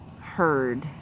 heard